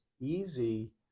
easy